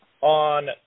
on